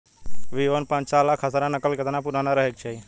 B one और पांचसाला खसरा नकल केतना पुरान रहे के चाहीं?